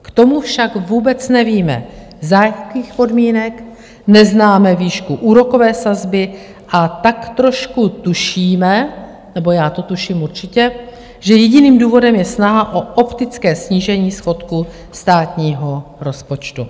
K tomu však vůbec nevíme, za jakých podmínek, neznáme výšku úrokové sazby, a tak trošku tušíme, nebo já to tuším určitě, že jediným důvodem je snaha o optické snížení schodku státního rozpočtu.